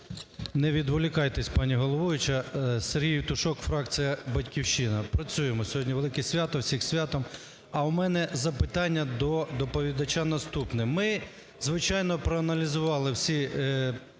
Не відволікайтесь, пані головуюча. СергійЄвтушок, фракція "Батьківщина". Працюємо. Сьогодні велике свято, всіх з святом! А у мене запитання до доповідача наступне. Ми, звичайно, проаналізували всі